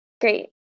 great